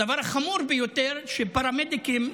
הדבר החמור ביותר הוא שפרמדיקים,